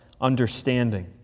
understanding